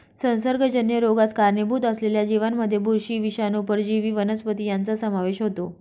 संसर्गजन्य रोगास कारणीभूत असलेल्या जीवांमध्ये बुरशी, विषाणू, परजीवी वनस्पती यांचा समावेश होतो